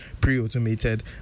pre-automated